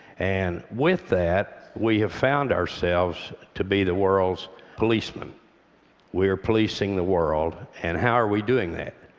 and with that, we have found ourselves to be the world's policemen we are policing the world, and how are we doing that?